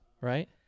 right